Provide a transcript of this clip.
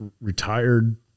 retired